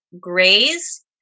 graze